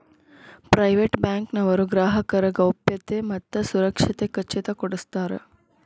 private bank ನವರು ಗ್ರಾಹಕರ ಗೌಪ್ಯತೆ ಮತ್ತ ಸುರಕ್ಷತೆ ಖಚಿತ ಕೊಡ್ಸತಾರ